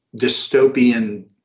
dystopian